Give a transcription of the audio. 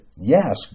Yes